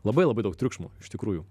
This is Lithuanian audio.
labai labai daug triukšmo iš tikrųjų